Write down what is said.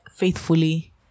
Faithfully